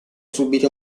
subire